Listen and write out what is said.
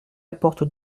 apporte